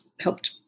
helped